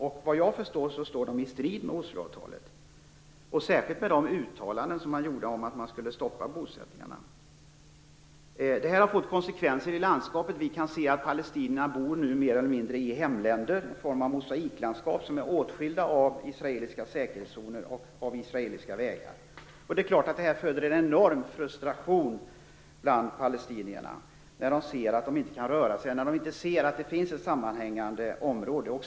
Såvitt jag förstår står bosättningarna i strid med Osloavtalet, särskilt med tanke på gjorda uttalanden om att stoppa bosättningarna. Detta har fått konsekvenser i landskapet. Palestinierna bor nu mer eller mindre i "hemländer" i form av mosaiklandskap åtskilda av israeliska säkerhetszoner och av israeliska vägar. Det är klart att det föder en enorm frustration bland palestinierna när de ser att de inte kan röra sig och när de inte ser att det finns ett sammanhängande område.